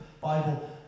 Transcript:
Bible